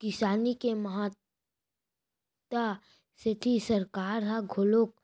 किसानी के महत्ता सेती सरकार ह घलोक